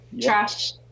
Trash